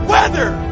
Weather